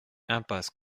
impasse